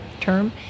term